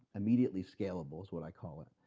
immediately scalable is what i call it.